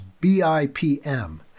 BIPM